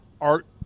Art